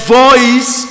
voice